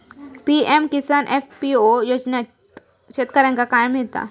PM Kisan FPO योजनाच्यात शेतकऱ्यांका काय मिळता?